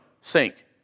sink